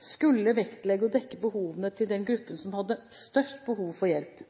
skulle vektlegge å dekke behovene til den gruppen som hadde størst behov for hjelp.